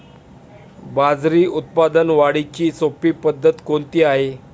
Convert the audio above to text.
बाजरी उत्पादन वाढीची सोपी पद्धत कोणती आहे?